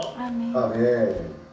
Amen